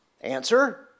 Answer